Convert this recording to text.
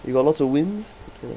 you got lots of wins